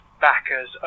backers